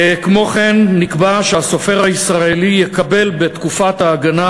כמו כן נקבע שהסופר הישראלי יקבל בתקופת ההגנה